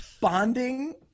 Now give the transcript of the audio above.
Bonding